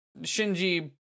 Shinji